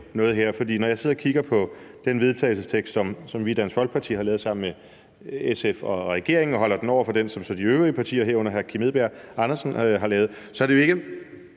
når jeg sidder og kigger på den vedtagelsestekst, som vi i Dansk Folkeparti har lavet sammen med SF og regeringen, og sammenligner den med den vedtagelsestekst, som hr. Kim Edberg Andersen og andre har lavet, så er der jo ikke